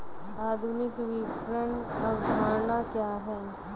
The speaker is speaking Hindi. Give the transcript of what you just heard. आधुनिक विपणन अवधारणा क्या है?